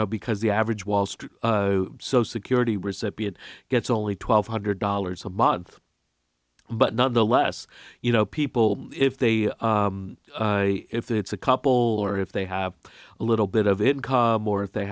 know because the average wall street so security recipient gets only twelve hundred dollars a month but nonetheless you know people if they if it's a couple or if they have a little bit of income or if they